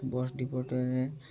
bus ଟିକଟରେ